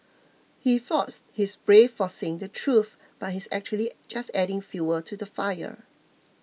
he thought he's brave for saying the truth but he's actually just adding fuel to the fire